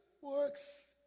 works